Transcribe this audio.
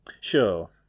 Sure